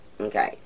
Okay